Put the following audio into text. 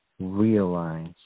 Realize